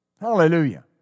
Hallelujah